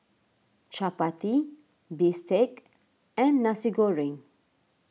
Chappati Bistake and Nasi Goreng